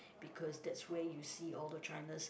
because that's where you see all the China's